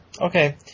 Okay